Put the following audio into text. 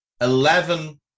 eleven